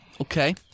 Okay